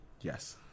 Yes